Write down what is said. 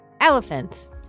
Elephants